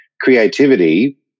creativity